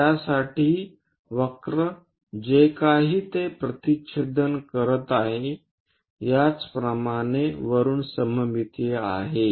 आणि त्यासाठी वक्र जे काही ते प्रतिच्छेदन करत आहे त्याच प्रमाणे वरुन सममितीय आहे